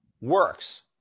works